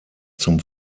zum